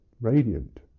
radiant